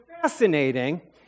fascinating